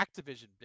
Activision